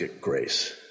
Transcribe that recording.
grace